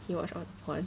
he watch all the porn